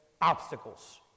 obstacles